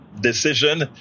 decision